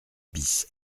bis